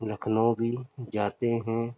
لکھنؤ بھی جاتے ہیں